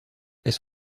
est